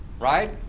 Right